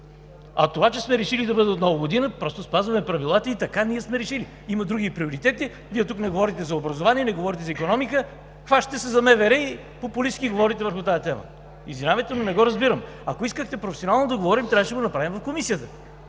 А това, че сме решили да бъде от Нова година, просто спазваме правилата и така ние сме решили. Има други приоритети. Вие тук не говорите за образование, не говорите за икономика, а се хващате за МВР и популистки говорите върху тази тема. Извинявайте, но не го разбирам. Ако искахте да говорим професионално, трябваше да го направим в Комисията.